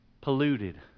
polluted